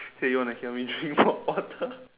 !hey! you want to hear me drink more water